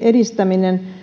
edistäminen